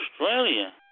Australia